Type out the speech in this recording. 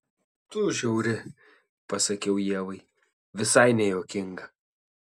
tu žiauri pasakiau ievai visai nejuokinga